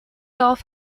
golf